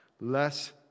less